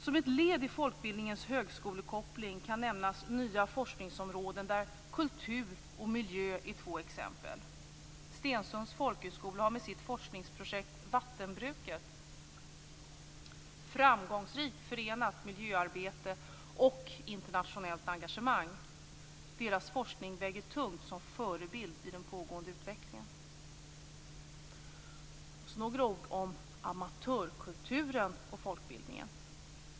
Som ett led i folkbildningens högskolekoppling kan nämnas nya forskningsområden, där kultur och miljö är två exempel. Stensunds folkhögskola har med sitt forskningsprojekt Vattenbruket framgångsrikt förenat miljöarbete och internationellt engagemang. Deras forskning väger tungt som förebild i den pågående utvecklingen. Sedan vill jag säga några ord om amatörkulturen och folkbildningen.